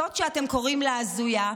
זאת שאתם קוראים לה "הזויה",